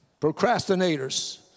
Procrastinators